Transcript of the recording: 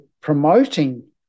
Promoting